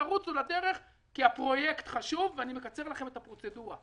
תרוצו לדרך כי הפרויקט חשוב ואני מקצר לכם את הפרוצדורה.